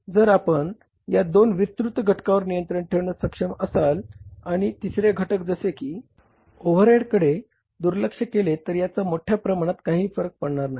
जर आपण या दोन विस्तृत घटकांवर नियंत्रण ठेवण्यास सक्षम असाल आणि तिसरे घटक जसे की ओव्हरहेडयांकडे दुर्लक्ष केले तर याचा मोठ्या प्रमाणात काहीही फरक पडणार नाही